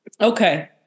okay